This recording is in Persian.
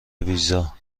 ویزا